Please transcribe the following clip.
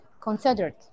considered